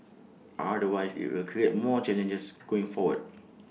otherwise IT will create more challenges going forward